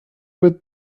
with